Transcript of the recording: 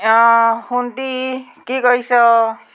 অঁ সোনটি কি কৰিছ